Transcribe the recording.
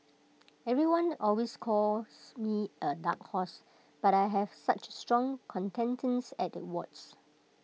everyone always calls me A dark horse but I have such strong contenders at the awards